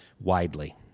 widely